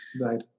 Right